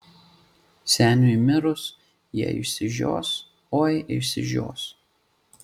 seniui mirus jie išsižios oi išsižios